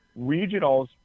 regionals